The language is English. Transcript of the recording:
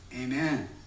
Amen